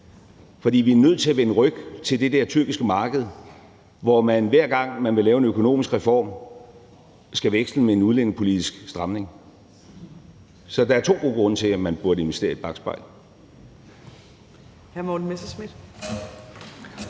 For vi er nødt til at vende ryggen til det der tyrkiske marked, hvor man, hver gang man vil lave en økonomisk reform, skal udveksle den med en udlændingepolitisk stramning. Så der er to gode grunde til, at man burde investere i et bakspejl.